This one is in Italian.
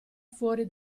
fuori